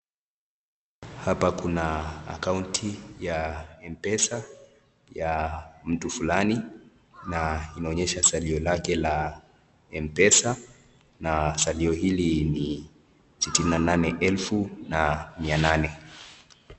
Hapa kuna akaunti ya M-PESA ya mtu fulani na inaonyesha salio lake la M-PESA na salio hili ni sitini na nane elfu na mia nane.